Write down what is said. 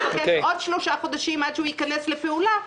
לוקח עוד שלושה חודשים עד שזה ייכנס לפעולה,